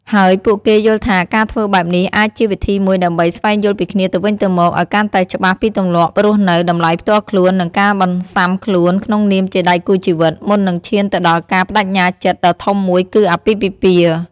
ហើយពួកគេយល់ថាការធ្វើបែបនេះអាចជាវិធីមួយដើម្បី ស្វែងយល់ពីគ្នាទៅវិញទៅមក ឱ្យកាន់តែច្បាស់ពីទម្លាប់រស់នៅ តម្លៃផ្ទាល់ខ្លួន និងការបន្សាំខ្លួនក្នុងនាមជាដៃគូជីវិត មុននឹងឈានទៅដល់ការប្តេជ្ញាចិត្តដ៏ធំមួយគឺអាពាហ៍ពិពាហ៍។